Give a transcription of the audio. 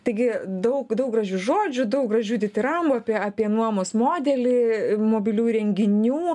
taigi daug daug gražių žodžių daug gražių ditirambų apie apie nuomos modelį mobilių įrenginių